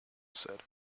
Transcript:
said